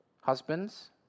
Husbands